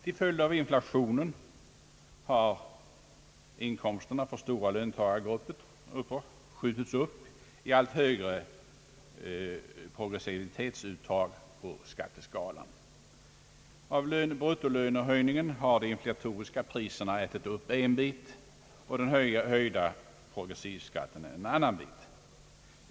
Till följd av inflationen har inkomsterna för stora löntagargrupper skjutits upp i allt högre progressivitetsuttag på skatteskalan. Av bruttolönehöjningen har de inflatoriska priserna ätit upp en bit och den höjda progressivskatten en annan bit.